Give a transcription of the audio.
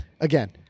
again